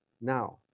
now